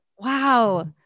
Wow